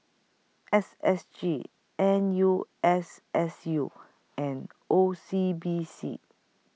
S S G N U S S U and O C B C